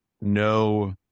no